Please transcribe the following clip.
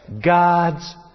God's